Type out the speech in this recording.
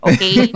Okay